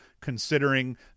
considering